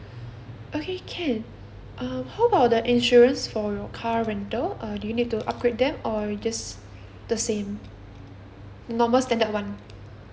okay can uh how about the insurance for your car rental uh do you need to upgrade them or just the same normal standard [one]